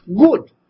good